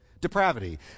depravity